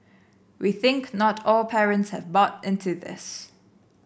we think not all parents have bought into this